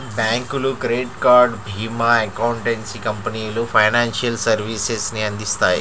బ్యాంకులు, credit card, భీమా, accountancy కంపెనీలు ఫైనాన్షియల్ సర్వీసెస్ ని అందిత్తాయి